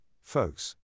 folks